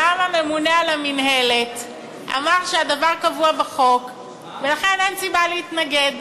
גם הממונה על המינהלת אמר שהדבר קבוע בחוק ולכן אין סיבה להתנגד.